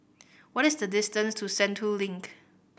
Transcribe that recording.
what is the distance to Sentul Link